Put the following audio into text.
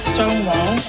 Stonewall